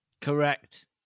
Correct